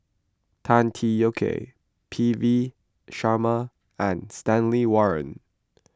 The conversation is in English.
Tan Tee Yoke P V Sharma and Stanley Warren